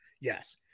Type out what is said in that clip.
Yes